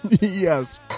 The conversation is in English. Yes